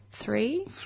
Three